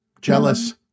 Jealous